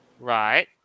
Right